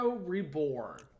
Reborn